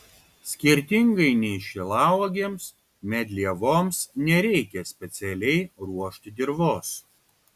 skirtingai nei šilauogėms medlievoms nereikia specialiai ruošti dirvos